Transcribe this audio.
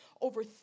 Over